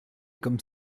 comme